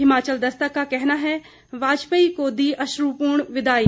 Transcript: हिमाचल दस्तक का कहना है वाजपेयी को दी अश्रपूर्ण विदाई